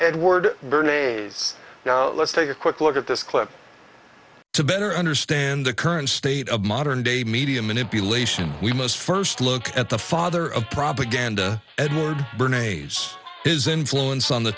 and word bearnaise now let's take a quick look at this clip to better understand the current state of modern day media manipulation we must first look at the father of propaganda edward bernays his influence on the